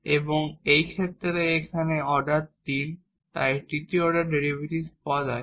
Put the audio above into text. এবং এই ক্ষেত্রে এখানে অর্ডার 3 তাই তৃতীয় অর্ডার ডেরিভেটিভ টার্ম আছে